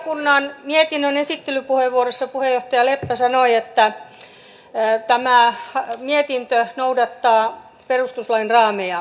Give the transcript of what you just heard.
valiokunnan mietinnön esittelypuheenvuorossa puheenjohtaja leppä sanoi että tämä mietintö noudattaa perustuslain raameja